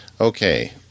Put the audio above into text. Okay